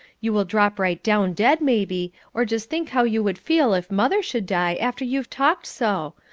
you will drop right down dead, maybe, or just think how you would feel if mother should die after you've talked so.